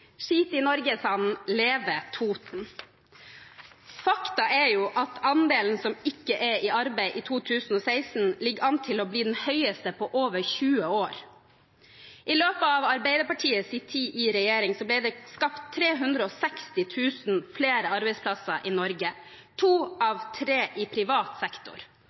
i Norge,» sa’n, «leve Toten!» Fakta er at andelen som ikke er i arbeid i 2016, ligger an til å bli den høyeste på over 20 år. I løpet av Arbeiderpartiets tid i regjering ble det skapt 360 000 flere arbeidsplasser i Norge, to av tre i privat sektor.